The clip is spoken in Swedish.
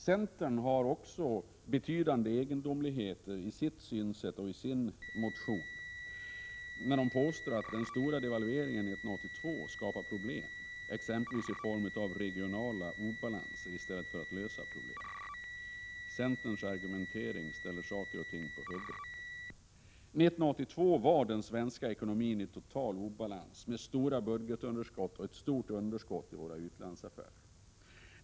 Centern har också betydande egendomligheter i sitt synsätt och sin motion, då man påstår att den stora devalveringen 1982 inte löste några problem utan skapade nya problem, exempelvis i form av regionala obalanser. Centerns argumentering ställer saker och ting på huvudet. 1982 var den svenska ekonomin i total obalans med stora budgetunderskott och ett betydande underskott i våra utlandsaffärer.